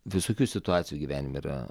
visokių situacijų gyvenime yra